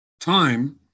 Time